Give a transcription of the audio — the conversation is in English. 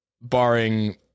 barring